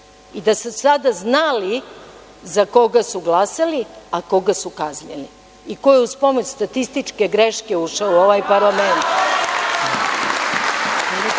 i da su sada znali za koga su glasali, a koga su kaznili, i ko je uz pomoć statističke greške ušao u ovaj